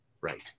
Right